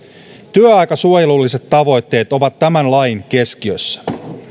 työaikasuojelulliset tavoitteet ovat tämän lain keskiössä